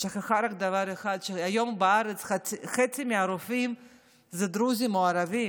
היא שכחה רק דבר אחד: היום בארץ חצי מהרופאים הם דרוזים או ערבים,